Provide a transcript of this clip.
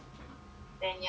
then ya